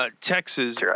Texas